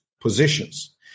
positions